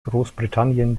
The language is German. großbritannien